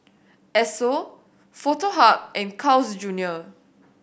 Esso Foto Hub and Carl's Junior